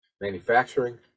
manufacturing